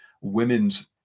women's